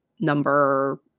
number